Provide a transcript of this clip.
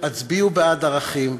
הצביעו בעד ערכים,